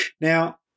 Now